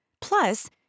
plus